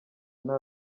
nta